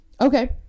Okay